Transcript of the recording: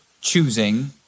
choosing